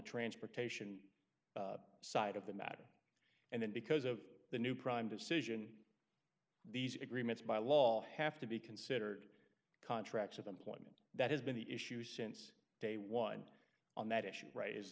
transportation side of the matter and then because of the new prime decision these agreements by law have to be considered contracts of employment that has been the issue since day one on that issue right